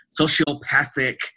sociopathic